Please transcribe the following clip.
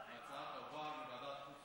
ההצעה תועבר לוועדת החוץ